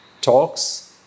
talks